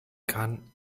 kann